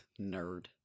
nerd